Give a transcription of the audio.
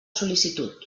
sol·licitud